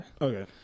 Okay